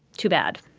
too bad